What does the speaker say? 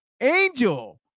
Angel